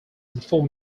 before